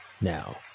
Now